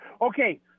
Okay